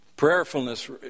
Prayerfulness